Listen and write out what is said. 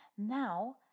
Now